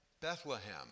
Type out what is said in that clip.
Bethlehem